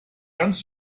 ganz